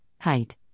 Height